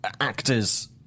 actors